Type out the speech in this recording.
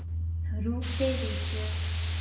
ਰੂਪ ਦੇ ਵਿੱਚ